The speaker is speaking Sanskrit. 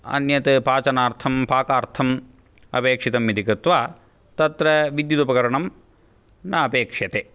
अन्यत् पाचनार्थं पाकार्थम् अपेक्षितम् इति कृत्वा तत्र विद्युदुपकरणं ना अपेक्ष्यते